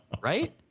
right